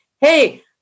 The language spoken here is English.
Hey